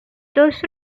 those